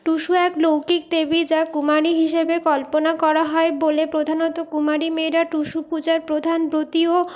টুসু এক লৌকিক দেবী যা কুমারী হিসাবে কল্পনা করা হয় বলে প্রধানত কুমারী মেয়েরা টুসু পূজার প্রধান ব্রতী ও